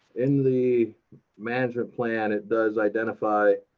in the management plan, it does identify